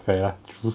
fair lah true